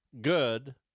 good